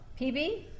pb